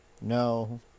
No